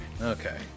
Okay